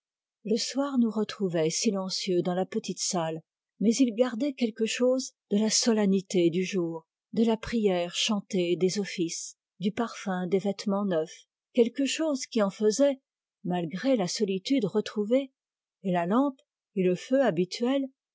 le soir nous retrouvait silencieux dans la petite salle mais il gardait quelque chose de la solennité du jour de la prière chantée des offices du parfum des vêtements neufs quelque chose qui en faisait malgré la solitude retrouvée et la lampe et le feu habituels